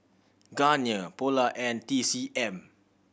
Garnier Polar and T C M